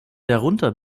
darunter